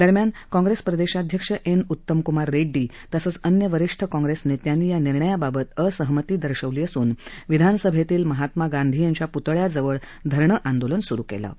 दरम्यान काँग्रेस प्रदेशाध्यक्ष एन उत्तमक्मार रेड्डी तसंच अन्य वरीष्ठ काँग्रेस नेत्यांनी या निर्णयाबाबत असहमती दर्शवली असून विधानसभेतील महामा गांधी यांच्या प्तळ्याजवळ धरणं आंदोलन स्रु केलं आहे